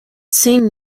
same